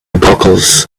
googles